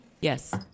Yes